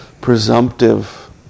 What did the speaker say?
presumptive